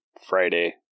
Friday